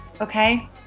Okay